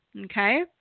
okay